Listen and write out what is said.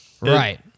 Right